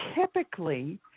typically